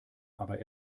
aber